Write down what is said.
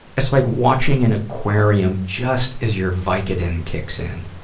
it's like watching an aquarium just as your vicodin kicks in.